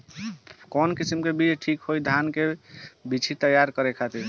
कवन किस्म के बीज ठीक होई धान के बिछी तैयार करे खातिर?